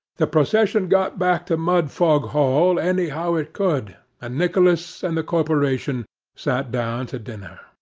the procession got back to mudfog hall any how it could and nicholas and the corporation sat down to dinner.